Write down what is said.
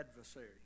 adversary